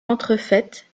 entrefaites